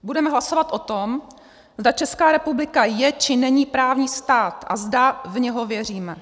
Budeme hlasovat o tom, zda Česká republika je, či není právní stát a zda v něj věříme.